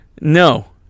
No